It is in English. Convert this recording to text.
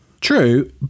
True